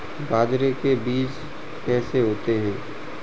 बाजरे के बीज कैसे होते हैं?